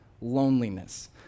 loneliness